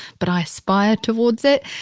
but i aspire towards it.